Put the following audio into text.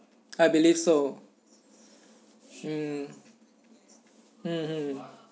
I believe so mm mmhmm